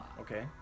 Okay